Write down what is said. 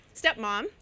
stepmom